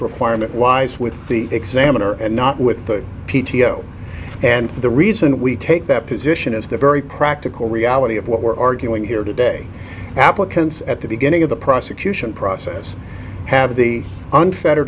requirement lies with the examiner and not with the p t o and the reason we take that position is the very practical reality of what we're arguing here today applicants at the beginning of the prosecution process have the unfett